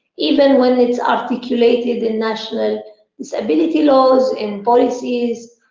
even when it is articulated in national disability laws, in policies,